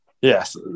Yes